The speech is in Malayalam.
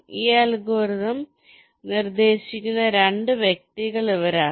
ഈ അൽഗോരിതം നിർദ്ദേശിക്കുന്ന 2 വ്യക്തികൾ ഇവരാണ്